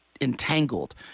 entangled